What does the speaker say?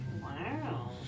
Wow